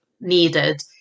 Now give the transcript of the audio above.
needed